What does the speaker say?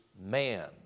man